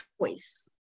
choice